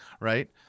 right